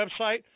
website